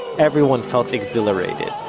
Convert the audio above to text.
everyone felt exhilarated.